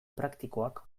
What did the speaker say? praktikoak